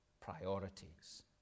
priorities